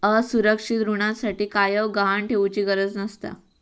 असुरक्षित ऋणासाठी कायव गहाण ठेउचि गरज नसता